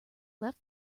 left